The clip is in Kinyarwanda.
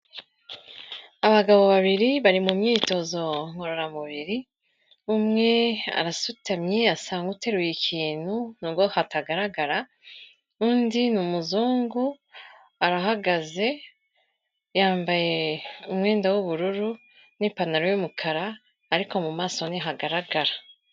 Abagabo babiri, bari mu myitozo ngororamubiri, umwe arasutamye asa nk'uteruye ikintu, nubwo hatagaragara, undi ni umuzungu arahagaze, yambaye umwenda w'ubururu n'ipantaro y'umukara, ariko mu maso ntihagaragara.